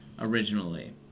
originally